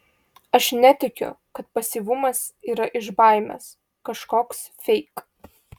aš netikiu kad pasyvumas yra iš baimės kažkoks feik